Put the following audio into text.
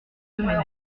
semaine